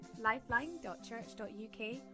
lifeline.church.uk